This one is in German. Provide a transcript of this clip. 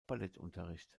ballettunterricht